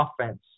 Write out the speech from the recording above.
offense